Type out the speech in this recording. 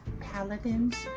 paladins